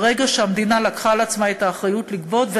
מרגע שהמדינה לקחה על עצמה את האחריות לגבות,